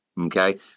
Okay